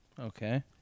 Okay